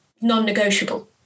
non-negotiable